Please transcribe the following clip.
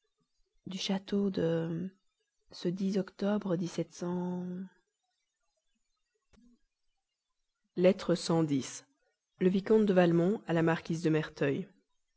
du château de octobre lettre le vicomte de valmont à la marquise de merteuil